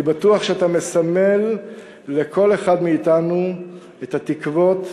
אני בטוח שאתה מסמל לכל אחד מאתנו את התקוות,